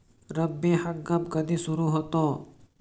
रब्बी हंगाम कधी सुरू होतो?